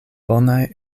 bonaj